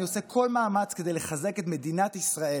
אני עושה כל מאמץ כדי לחזק את מדינת ישראל.